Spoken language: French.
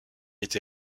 été